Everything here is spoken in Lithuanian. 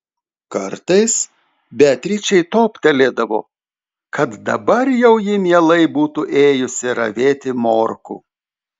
kartais beatričei toptelėdavo kad dabar jau ji mielai būtų ėjusi ravėti morkų